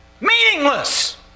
Meaningless